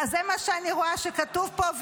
זה מה שאני רואה שכתוב פה,